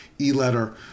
e-letter